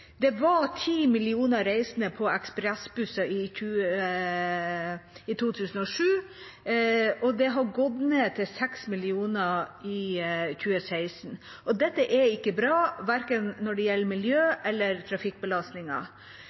Det var ti millioner reisende med ekspressbusser i 2007, og det har gått ned til seks millioner i 2016. Det er ikke bra verken når det gjelder miljø eller